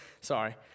sorry